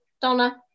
Donna